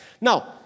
Now